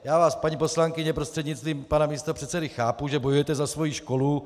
Já vás, paní poslankyně prostřednictvím pana místopředsedy, chápu, že bojujete za svoji školu.